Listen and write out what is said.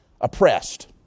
oppressed